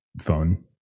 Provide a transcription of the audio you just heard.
phone